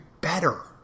better